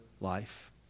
life